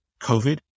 COVID